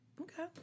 Okay